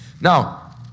Now